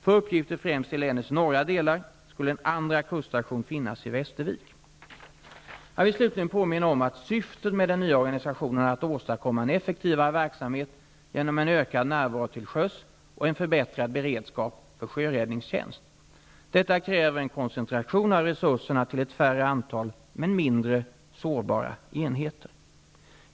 För uppgifter främst i länets norra delar skulle en andra kuststation finnas i Västervik. Jag vill slutligen påminna om att syftet med den nya organisationen är att åstadkomma en effektivare verksamhet genom en ökad närvaro till sjöss och en förbättrad beredskap för sjöräddningstjänst. Detta kräver en koncentration av resurserna till ett färre antal men mindre sårbara enheter.